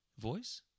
voice